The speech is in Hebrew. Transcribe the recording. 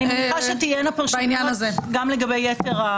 אני מניחה שתהינה פרשנויות גם לגבי יתר.